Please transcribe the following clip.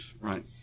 right